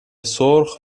سرخ